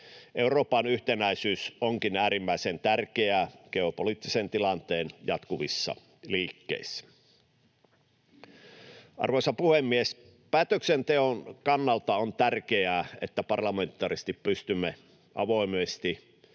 Euroopan yhtenäisyys onkin äärimmäisen tärkeää geopoliittisen tilanteen jatkuvissa liikkeissä. Arvoisa puhemies! Päätöksenteon kannalta on tärkeää, että parlamentaarisesti pystymme avoimesti